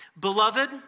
Beloved